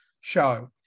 show